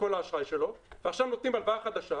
האשראי שלו ועכשיו נותנים הלוואה חדשה,